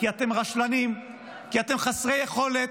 כי אתם רשלנים, כי אתם חסרי יכולת.